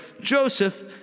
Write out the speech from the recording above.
Joseph